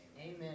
Amen